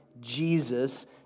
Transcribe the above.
Jesus